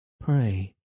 Pray